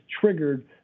triggered